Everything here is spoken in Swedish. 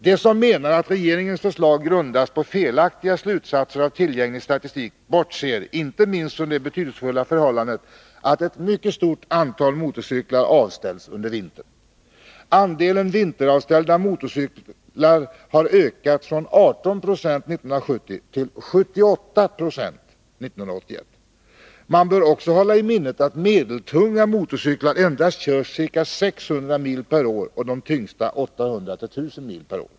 De som menar att regeringens förslag grundas på felaktiga slutsatser av tillgänglig statistik bortser inte minst från det betydelsefulla förhållandet att ett mycket stort antal motorcyklar avställs under vintern. Andelen vinteravställda motorcyklar har ökat från 18 96 år 1970 till 78 20 år 1981. Man bör också hålla i minnet att medeltunga motorcyklar endast körs ca 600 mil per år och de tyngsta 800-1 000 per år.